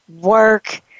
work